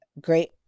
great